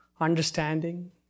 understanding